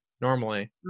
normally